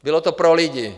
Bylo to pro lidi.